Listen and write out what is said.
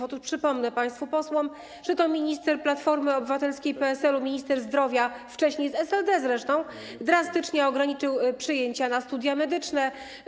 Otóż przypomnę państwu posłom, że to minister Platformy Obywatelskiej - PSL-u, minister zdrowia, wcześniej z SLD zresztą, drastycznie ograniczył przyjęcia na studia medyczne.